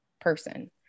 person